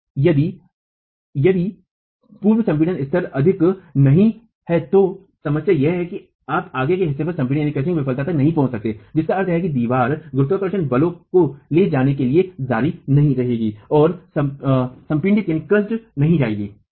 अब यदि पूर्व संपीड़न का स्तर अधिक नहीं है तो समस्या यह है कि आप आगे के हिस्से पर संपीडन विफलता तक नहीं पहुंच सकते हैं जिसका अर्थ है कि दीवार गुरुत्वाकर्षण बलों को ले जाने के लिए जारी रहेगी और समपींडीट नहीं जाएगी